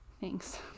Thanks